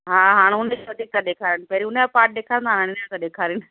हा हाणे उनजो वधीक था ॾेखारिन पहिरियों उनजो पार्ट ॾेखारींदा हुआ हाणे उनजो था ॾेखारिन